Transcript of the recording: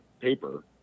paper